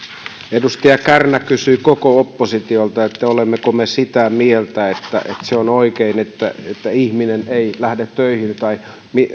edustaja kärnä kysyi koko oppositiolta olemmeko me sitä mieltä että on oikein että että ihminen ei lähde töihin tai